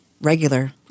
regular